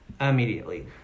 immediately